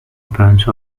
bunch